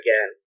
again